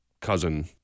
cousin